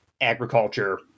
agriculture